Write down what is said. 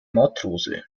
matrose